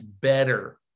better